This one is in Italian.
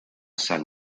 san